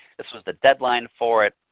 this was the deadline for it.